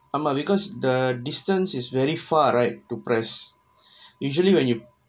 and then because the distance is very far right usually when you